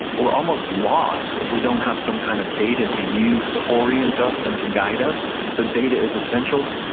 we're almost lost if we don't have some kind of data to use to orient us and to guide us. so data is essental,